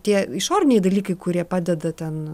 tie išoriniai dalykai kurie padeda ten